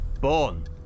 born